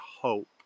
hope